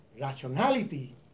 rationality